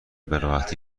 بهراحتی